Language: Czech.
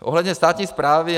Ohledně státní správy.